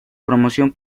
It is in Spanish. promoción